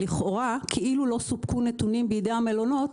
כאילו לא סופקו נתונים בידי המלונות,